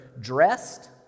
dressed